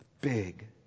big